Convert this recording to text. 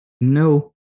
No